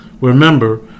Remember